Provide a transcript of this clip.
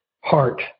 heart